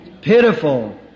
Pitiful